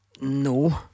No